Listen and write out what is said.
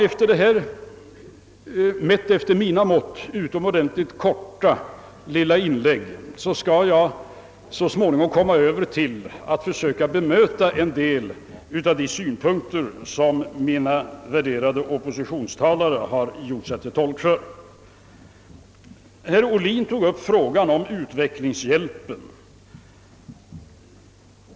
Efter detta, med mitt mått mätt, utomordentligt korta inlägg skall jag nu gå över till att bemöta en del av de synpunkter som de värderade oppositionstalarna framfört. Herr Ohlin tog upp frågan om utvecklingshjälpen.